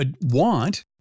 want